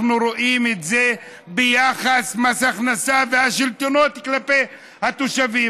אנחנו רואים את זה ביחס של מס הכנסה והשלטונות כלפי התושבים.